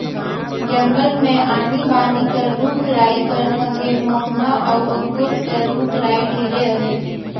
जंगल मे आनी बानी कर रूख राई कर संघे मउहा अउ अंगुर कर रूख राई ढेरे अहे